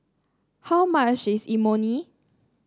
how much is Imoni